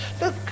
Look